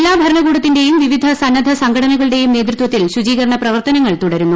ജില്ല ഭരണകൂടത്തിന്റെയും വിവിധ സന്നദ്ധ സംഘടനകളുടെയും നേതൃത്വത്തിൽ ശുചികരണ പ്രവർത്തനങ്ങൾ തുടരുന്നു